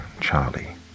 Charlie